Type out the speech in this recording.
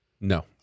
No